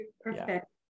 Perfect